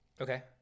Okay